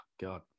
God